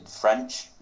French